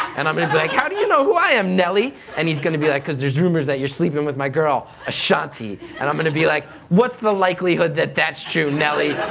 and i'm going to be like how do you know who i am, nelly? and he's going to be like cause there's rumors that you're sleeping with my girl, ashanti. and i'm going to be like, what's the likelihood that that's true, nelly?